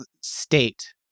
state